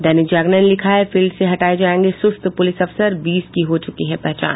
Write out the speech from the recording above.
दैनिक जागरण ने लिखा है फील्ड से हटाये जायेंगे सुस्त पुलिस अफसर बीस की हो चुकी है पहचान